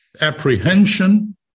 apprehension